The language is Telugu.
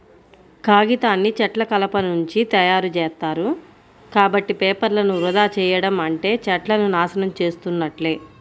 కాగితాన్ని చెట్ల కలపనుంచి తయ్యారుజేత్తారు, కాబట్టి పేపర్లను వృధా చెయ్యడం అంటే చెట్లను నాశనం చేసున్నట్లే